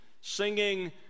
Singing